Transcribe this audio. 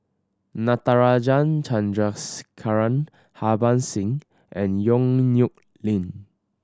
Natarajan Chandrasekaran Harbans Singh and Yong Nyuk Lin